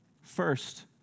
First